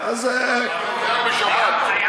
וגם בשבת.